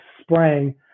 spraying